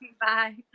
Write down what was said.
bye